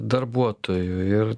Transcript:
darbuotojų ir